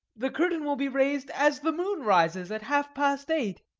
the curtain will be raised as the moon rises at half-past eight.